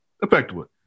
effectively